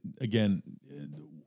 again